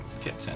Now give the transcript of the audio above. kitchen